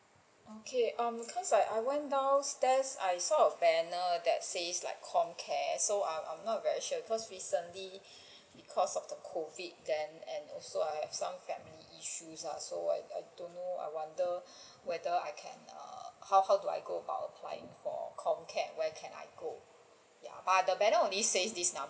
okay um cos' l I went downstairs I saw a banner that says like COMCARE so I'm I'm not very sure cos' recently because of the COVID then and also I have some family issues lah so I don't know I wonder whether I can err how how do I go about applying for COMCARE where can I go ya but the banner only says this